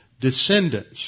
descendants